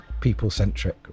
people-centric